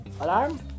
Alarm